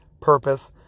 purpose